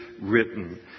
written